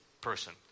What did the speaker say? person